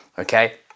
Okay